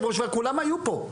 כולם היו פה.